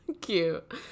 Cute